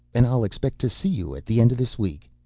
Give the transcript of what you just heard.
and i'll expect to see you at the end of this week.